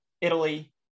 Italy –